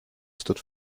stood